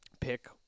pick